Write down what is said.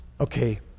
Okay